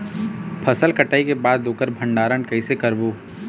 फसल कटाई के बाद ओकर भंडारण कइसे करबो?